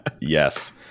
Yes